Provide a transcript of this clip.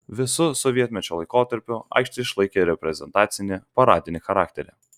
visu sovietmečio laikotarpiu aikštė išlaikė reprezentacinį paradinį charakterį